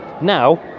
Now